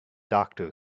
doctor